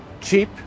cheap